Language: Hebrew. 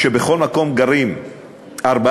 כשבכל מקום גרים ארבעה-חמישה,